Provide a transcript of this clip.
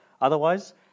Otherwise